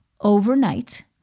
overnight